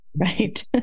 Right